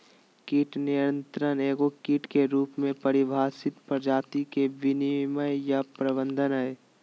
कीट नियंत्रण एगो कीट के रूप में परिभाषित प्रजाति के विनियमन या प्रबंधन हइ